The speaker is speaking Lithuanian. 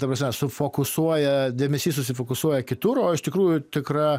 ta prasme sufokusuoja dėmesys susifokusuoja kitur o iš tikrųjų tikra